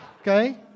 Okay